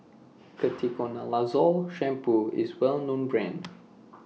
Ketoconazole Shampoo IS Well known Brand